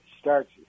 starts